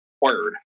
word